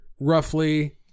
roughly